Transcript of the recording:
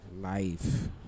life